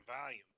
volume